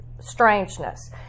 strangeness